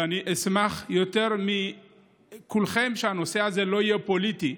ואני אשמח יותר מכולכם שהנושא הזה לא יהיה פוליטי,